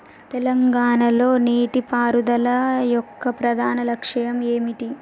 తెలంగాణ లో నీటిపారుదల యొక్క ప్రధాన లక్ష్యం ఏమిటి?